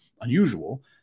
unusual